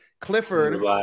Clifford